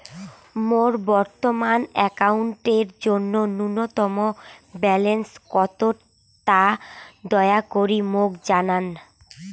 মোর বর্তমান অ্যাকাউন্টের জন্য ন্যূনতম ব্যালেন্স কত তা দয়া করি মোক জানান